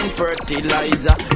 fertilizer